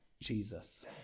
Jesus